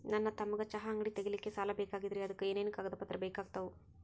ನನ್ನ ತಮ್ಮಗ ಚಹಾ ಅಂಗಡಿ ತಗಿಲಿಕ್ಕೆ ಸಾಲ ಬೇಕಾಗೆದ್ರಿ ಅದಕ ಏನೇನು ಕಾಗದ ಪತ್ರ ಬೇಕಾಗ್ತವು?